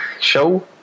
show